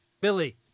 Billy